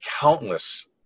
countless